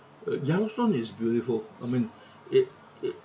uh yellowstone is beautiful I mean it it